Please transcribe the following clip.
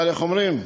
אבל איך אומרים?